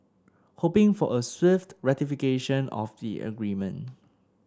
hoping for a swift ratification of the agreement